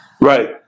Right